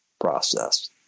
process